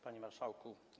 Panie Marszałku!